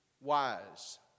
wise